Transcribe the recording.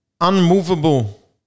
unmovable